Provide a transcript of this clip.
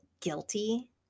guilty